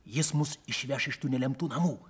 jis mus išveš iš tų nelemtų namų